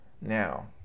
Now